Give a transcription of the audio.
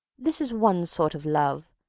this is one sort of love,